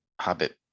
habit